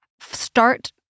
start